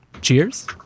Cheers